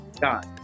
God